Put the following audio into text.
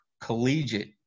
collegiate